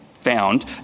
found